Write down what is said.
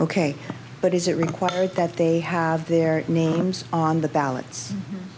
ok but is it required that they have their names on the ballot